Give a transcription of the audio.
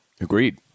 Agreed